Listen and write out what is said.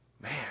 man